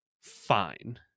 fine